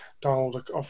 Donald